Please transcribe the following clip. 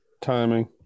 Timing